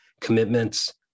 commitments